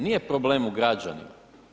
Nije problem u građanima.